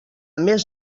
més